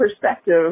perspective